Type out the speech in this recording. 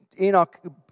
Enoch